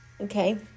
okay